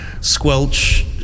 squelch